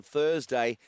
Thursday